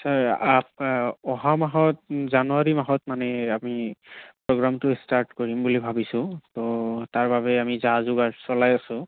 up অহা মাহত জানুৱাৰী মাহত মানে আমি প্ৰ'গ্ৰামটো ষ্টাৰ্ট কৰিম বুলি ভাবিছো ত' তাৰ বাবে আমি যা যোগাৰ চলাই আছোঁ